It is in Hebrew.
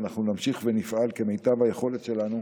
ואנחנו נמשיך ונפעל כמיטב היכולת שלנו